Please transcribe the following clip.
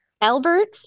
Albert